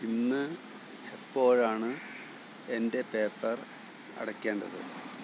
ഇന്ന് എപ്പോഴാണ് എന്റെ പേപ്പർ അടയ്ക്കേണ്ടത്